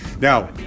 Now